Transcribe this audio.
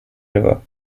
river